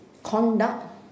Conduct